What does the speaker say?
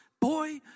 boy